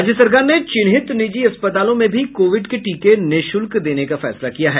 राज्य सरकार ने चिन्हित निजी अस्पतालों में भी कोविड के टीके निःशुल्क देने का फैसला किया है